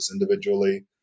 individually